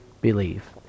believe